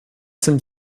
sind